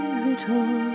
little